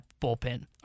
bullpen